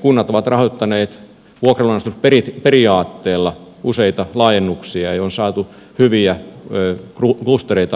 kunnat ovat rahoittaneet vuokra ja lunastus periaatteella useita laajennuksia ja on saatu hyviä klustereita aikaiseksi